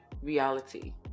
reality